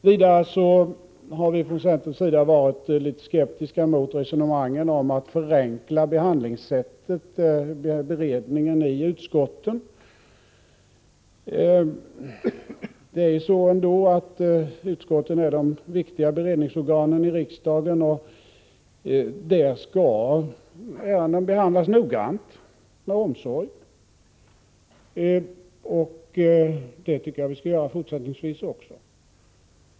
Vidare har vi från centerns sida varit litet skeptiska mot resonemangen om att förenkla behandlingssättet, beredningen i utskotten. Det är ju ändå så, att utskotten är de viktiga beredningsorganen i riksdagen, och där skall man behandla ärenden noggrant, med omsorg. Det tycker jag att vi skall göra fortsättningsvis också.